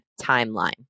timeline